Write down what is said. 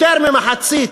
יותר ממחצית